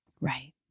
Right